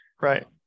right